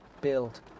build